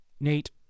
Nate